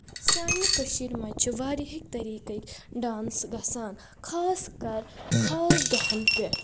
سانہِ کٔشیٖر منٛز چھِ واریاہِکۍ طریٖقکۍ ڈانٛس گژھان خاص کر خاص دۄہن پٮ۪ٹھ